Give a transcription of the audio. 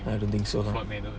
I don't think so lah